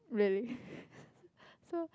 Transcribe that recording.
really so